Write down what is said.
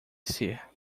ser